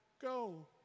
go